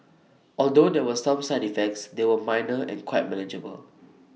although there were some side effects they were minor and quite manageable